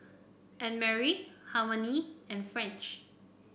Annmarie Harmony and French